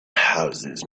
houses